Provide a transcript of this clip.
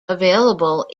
available